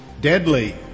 deadly